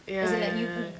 ya ya ya